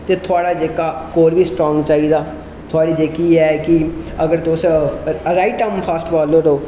ते थुआढ़ा जेहका कोर बी स्ट्रांग चाही दा थुआढ़ी जेहकी ऐ कि तुस राइट आर्म फास्ट बालर हो